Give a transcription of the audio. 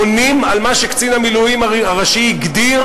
עונים על מה שקצין המילואים הראשי הגדיר